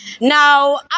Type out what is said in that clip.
Now